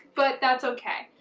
but that's okay.